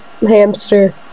hamster